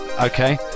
okay